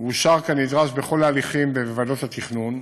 אושר כנדרש בכל ההליכים בוועדות התכנון.